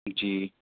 جی